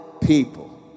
people